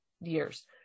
years